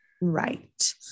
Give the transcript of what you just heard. Right